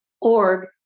org